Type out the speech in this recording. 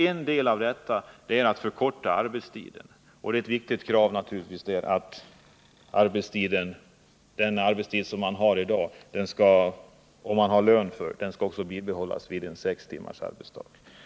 En del av detta är att förkorta arbetstiden. Ett viktigt krav är naturligtvis att lönen i dag också skall bibehållas vid sex timmars arbetsdag.